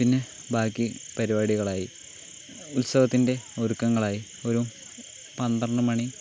പിന്നെ ബാക്കി പരുപാടികളായി ഉത്സവത്തിൻ്റെ ഒരുക്കങ്ങളായി ഒരു പന്ത്രണ്ട് മണി